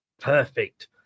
Perfect